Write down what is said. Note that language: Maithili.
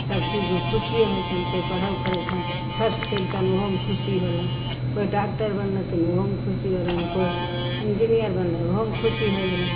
सभचीज मे खुशिये होइ छनि कोइ पर्व करय छनि फर्स्ट कयलकनि ओहुमे खुशी होलनि कोइ डॉक्टर बनलकैन ओहूमे खुशी होलकनि इन्जिनियर बनलय ओहुमे खुशी होइ गेलनि